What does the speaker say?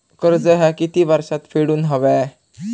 कर्ज ह्या किती वर्षात फेडून हव्या?